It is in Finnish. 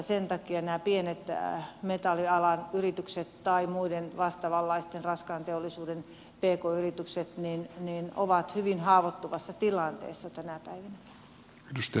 sen takia nämä pienet metallialan yritykset tai muun vastaavanlaisen raskaan teollisuuden pk yritykset ovat hyvin haavoittuvassa tilanteessa tänä päivänä